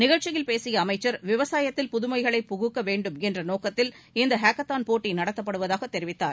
நிகழ்ச்சியில் பேசிய அமைச்சர் விவசாயத்தில் புதுமைகளை புகுத்த வேண்டும் என்ற நோக்கத்தில் இந்த ஹாக்கத்தான் போட்டி நடத்தப்படுவதாக தெரிவித்தார்